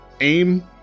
aim